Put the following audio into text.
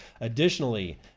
Additionally